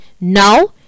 Now